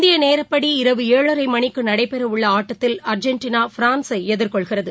இந்திய நேரடிப்படி இரவு ஏழரை மணிக்கு நடைபெற உள்ள ஆட்டத்தில் அர்ஜென்டினா பிரான்சை எதிர்கொள்கிறது